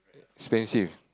expensive